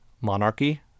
monarchy